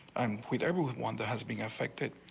i'm with everyone that has been affected.